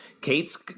Kate's